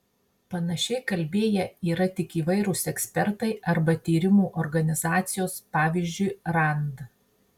panašiai kalbėję yra tik įvairūs ekspertai arba tyrimų organizacijos pavyzdžiui rand